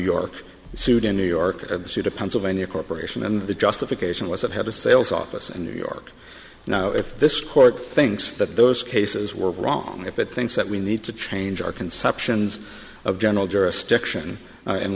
york sued in new york at the state of pennsylvania corporation and the justification was it had a sales office in new york now if this court thinks that those cases were wrong if it thinks that we need to change our conceptions of general jurisdiction in